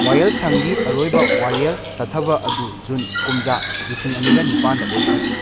ꯋꯥꯌꯦꯜꯁꯪꯒꯤ ꯑꯔꯣꯏꯕ ꯋꯥꯌꯦꯜ ꯆꯠꯊꯕ ꯑꯗꯨ ꯖꯨꯟ ꯀꯨꯝꯖꯥ ꯂꯤꯁꯤꯡ ꯑꯅꯤꯒ ꯅꯤꯄꯥꯟꯗ ꯑꯣꯏꯈꯤ